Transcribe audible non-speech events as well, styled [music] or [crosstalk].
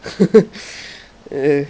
[noise] ya